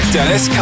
Dennis